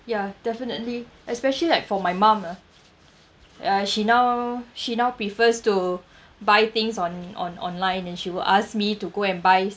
ya definitely especially like for my mum ah ya she now she now prefers to buy things on on online and she will ask me to go and buy